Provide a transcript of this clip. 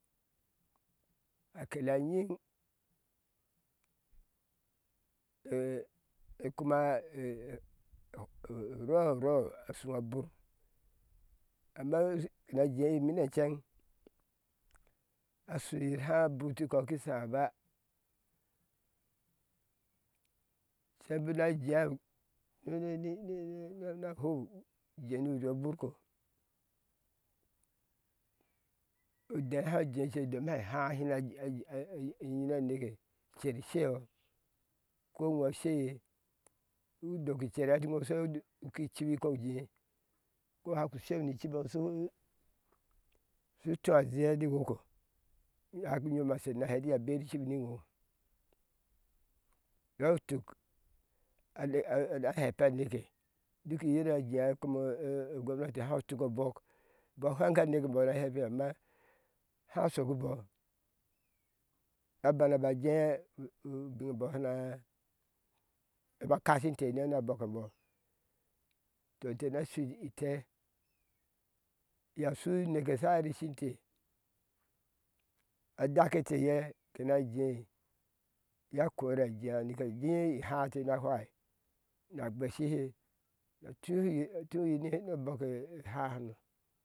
A kela nyiŋ ɛɛ kuma tɔ u rɔrɔ a shuŋɔ a bur amma shu na jei imine ceŋ a shuyir há buti kɔ ki shaba ceŋ buna jea minininini hou jee nu ri oburko odee hoa jeece som hɛ há shina an an an anyi na neke cer sheyɔ ko uwhe usheye udɔki cer eti sheŋo ni cibi ŋo shuu shutua zhea ni worko haku nyom aser na hɛati iye beri cibi niŋo yɔi tuk an a a na hepa neke duk a yera jeao ogounai hau tuki ocɔk bɔɔ fweŋke aneke embɔɔ na epi amma há shokubɔɔ abana je u ubinebɔ shana ba kashinte n bɔkenbɔɔ to tena shui itɛɛ ya shu uneka sha rishinte a dakete ye kena jei na korajea nikajii iháá te na fwai na gbeshihe na tuhiyir tuhiyir no bɔke háháno